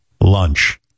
Lunch